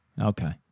Okay